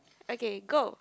okay go